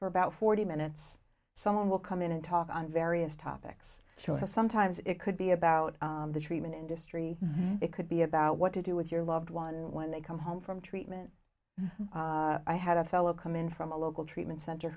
for about forty minutes someone will come in and talk on various topics choices sometimes it could be about the treatment industry it could be about what to do with your loved one when they come home from treatment i had a fellow come in from a local treatment center